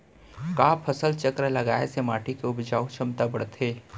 का फसल चक्र लगाय से माटी के उपजाऊ क्षमता बढ़थे?